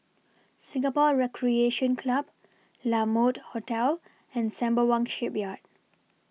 Singapore Recreation Club La Mode Hotel and Sembawang Shipyard